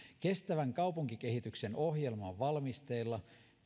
kestävän kaupunkikehityksen ohjelma on valmisteilla